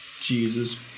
Jesus